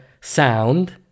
sound